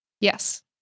Yes